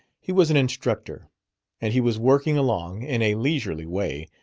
he was an instructor and he was working along, in a leisurely way,